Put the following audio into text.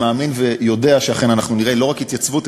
אני מאמין ויודע שאכן אנחנו נראה לא רק התייצבות,